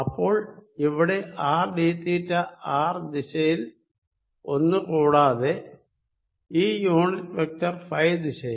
അപ്പോൾ ഇവിടെ R D theta R ദിശയിൽ ഒന്ന് കൂടാതെ ഈ യൂണിറ്റ് വെക്ടർ ഫൈ ദിശയിൽ